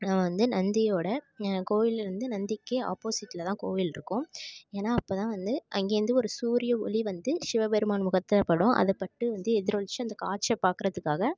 வந்து நந்தியோடய கோவிலில் இருந்து நந்திக்கு ஆப்போசிட்டில் தான் கோவில்யிருக்கும் ஏன்னா அப்போதான் வந்து அங்கேருந்து ஒரு சூரிய ஒளி வந்து சிவபெருமான் முகத்தில் படும் அது பட்டு வந்து எதிரொலித்து அந்த காட்சியை பார்க்கறதுக்காக